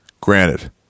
Granted